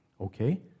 Okay